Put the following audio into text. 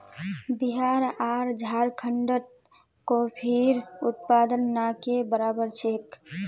बिहार आर झारखंडत कॉफीर उत्पादन ना के बराबर छेक